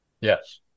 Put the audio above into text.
Yes